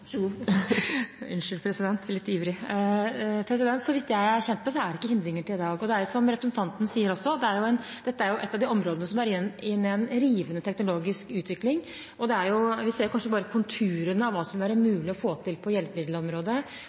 det ikke hindringer i dag. Det er som representanten sier, at dette er et av de områdene som er inne i en rivende teknologisk utvikling. Vi ser kanskje bare konturene av hva som vil være mulig å få til på hjelpemiddelområdet